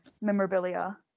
memorabilia